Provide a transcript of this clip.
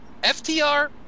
ftr